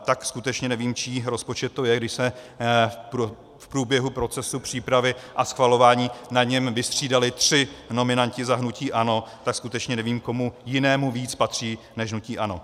Tak skutečně nevím, čí rozpočet to je, když se v průběhu procesu přípravy a schvalování na něm vystřídali tři nominanti za hnutí ANO, tak skutečně nevím, komu jinému víc patří než hnutí ANO.